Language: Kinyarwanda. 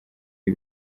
ibi